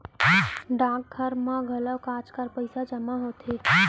डाकघर म घलौ आजकाल पइसा जमा होथे